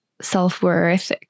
self-worth